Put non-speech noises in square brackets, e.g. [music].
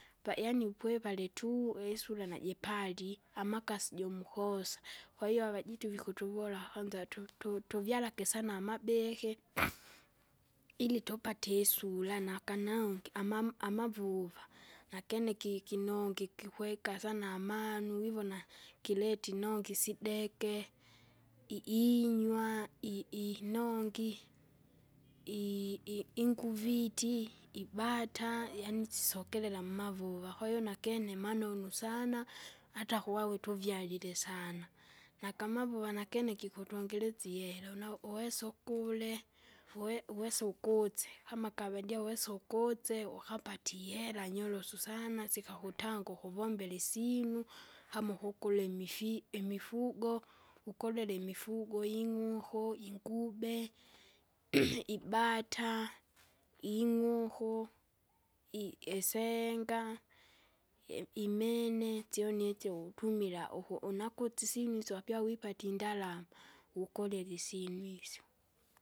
Pa yaani upwe palitu, isura najipatali, amakasi jumukosa, kwahiyo avajitu vikutuvula, kwanza tu- tu- tuvyalage sana amabiki, [noise] ili tupate isura nakanaonge, amam- amavuva, nakene ki- kinongi kikwega sana amanu, wivona kileta inongi isideke. I- inywa i- inongi, i- i- inguviti, ibata, sisokela mmavuva. Kwahiyo nakene manonu sana, hata kuwawe tuvyalile sana, nagamavuva nagene gikutongeresya ihera, una uweso ukule, uwe- uwese ukutse kama kavendie uwese ukutse, ukapata ihera nyorosu sana, sikakutanga ukuvombera isyinu. Kama ukukula imifi- imifugo, ukolele imifugo ing'uku, ingube, [noise] ibata, ing'uku. I- isenga, i- imene syoni isyo utumila uku- unakuse isyinu isyo wapia wipate indalama, ukulele isyinu isyo.